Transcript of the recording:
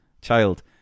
Child